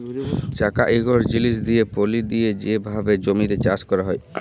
চাকা ইকট জিলিস দিঁয়ে পলি দিঁয়ে যে ভাবে জমিতে চাষ ক্যরা হয়